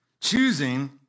Choosing